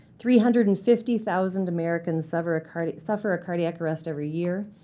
three hundred and fifty thousand americans suffer a cardiac suffer a cardiac arrest every year,